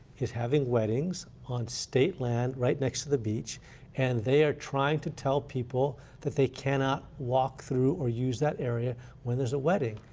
is having weddings on state land right next to the beach and they trying to tell people that they cannot walk through or use that area when there's a wedding.